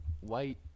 white